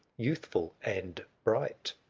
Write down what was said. youthful and bright.